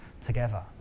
together